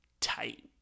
Tight